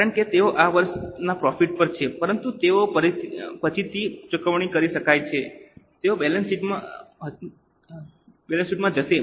કારણ કે તેઓ આ વર્ષના પ્રોફિટ પર છે પરંતુ તેઓ પછીથી ચૂકવણી કરી શકાય છે તેઓ બેલેન્સ શીટમાં જશે